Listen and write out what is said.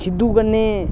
खिद्दू कन्नै